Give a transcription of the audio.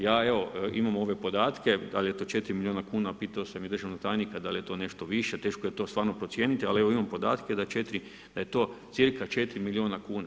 Ja evo imam ove podatke, da li je to 4 miliona kuna pitao sam i državnog tajnika da li je to nešto više teško je to stvarno procijeniti ali evo imam podatke da je to cca 4 miliona kuna.